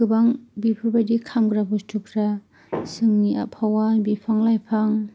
गोबां बेफोरबायदि खामग्रा बुस्तुफ्रा जोंनि आबहावा बिफां लाइफां